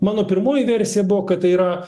mano pirmoji versija buvo kad tai yra